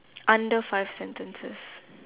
under five sentences